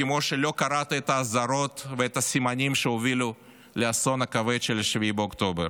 כמו שלא קראת את האזהרות ואת הסימנים שהובילו לאסון הכבד של 7 באוקטובר,